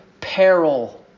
peril